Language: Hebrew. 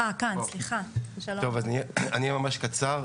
אני אדבר בקצרה.